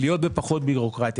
להיות עם פחות בירוקרטיה.